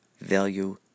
value